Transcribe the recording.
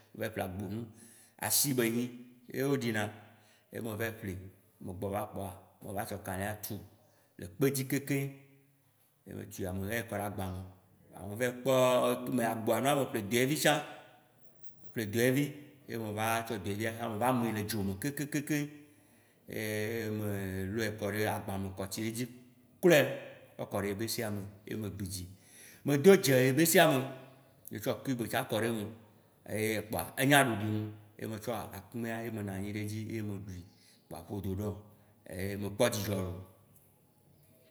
Me va yi ple agbonu, asi be nyi ye wo ɖina, ye me va yi ple, me gbɔ va kpoa, me va tsɔ kaliã tu le kpe dzi kekeŋ, yi me tua, mehɛ kɔ ɖa gba me. Me va yi kpɔɔ ke me yi agboanua me ple doevi tsã, me ple doevi. Ye me va yi tsɔ doevia tsã ye me va yi me le dzo me kekekekeŋ ye melɔe kɔ ɖe agba me kɔ tsi ɖe dzi, klɔe, kɔ kɔ ɖe yebessea me ye me gbidi. Medo dze yebessea me, metsɔ kub tsã kɔ ɖe eme ye kpoa enya nuɖunu. Ye metsɔ akumea ye ne nɔ anyi ɖe dzi ye meɖui, kpoa ƒodo ɖom, ye mekpɔ dzidzɔ.